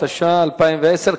התש"ע 2010,